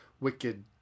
wicked